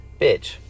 bitch